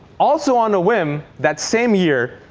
also on a whim, that same year,